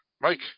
mike